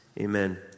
amen